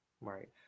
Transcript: right